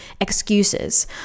excuses